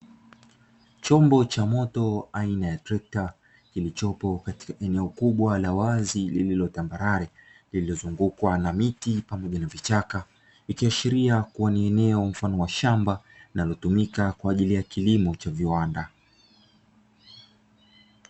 Chombo cha moto aina ya trekta, kilichopo katika eneo kubwa la wazi lililo tambarare, lililozungukwa na miti pamoja na vichaka, likiashiria kuwa ni eneo mfano wa shamba, linalotumika kwaajili ya kilimo cha viwanda.